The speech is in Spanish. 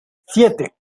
siete